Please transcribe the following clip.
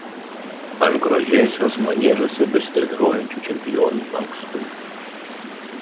aš grožėsiuos maniežuose besitreniruojančių čempionių lankstumu